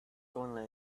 only